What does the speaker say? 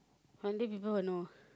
one day people will know